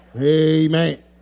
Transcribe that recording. Amen